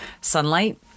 sunlight